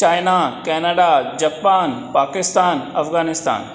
China Canada Japan Pakistan Afghanistan